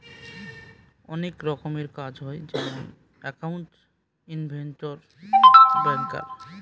অনেক রকমের কাজ হয় যেমন একাউন্ট, ইনভেস্টর, ব্যাঙ্কার